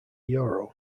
euro